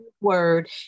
word